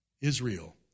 Israel